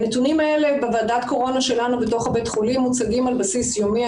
הנתונים האלה בוועדת קורונה שלנו בתוך בית החולים מוצגים על בסיס יומי.